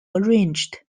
arranged